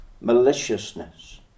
maliciousness